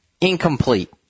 incomplete